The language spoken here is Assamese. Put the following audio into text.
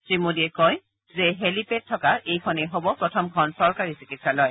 শ্ৰী মোদীয়ে কয় যে হেলিপেড থকা এইখনেই হব প্ৰথমখন চৰকাৰী চিকিৎসালয়